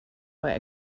were